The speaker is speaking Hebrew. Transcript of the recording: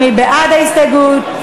מי בעד ההסתייגות?